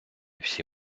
всі